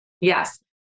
Yes